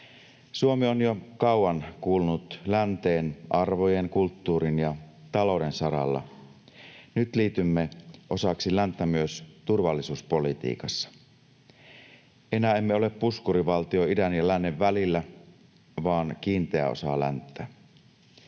Suomi on jo kauan kuulunut länteen arvojen, kulttuurin ja talouden saralla, nyt liitymme osaksi länttä myös turvallisuuspolitiikassa. Enää emme ole puskurivaltio idän ja lännen välillä vaan kiinteä osa länttä.